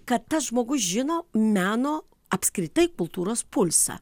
kad tas žmogus žino meno apskritai kultūros pulsą